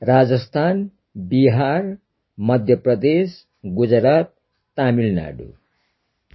Rajasthan Bihar Madhya Pradesh Gujarat Tamil Nadu